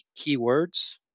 keywords